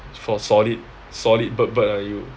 for solid solid bird bird ah you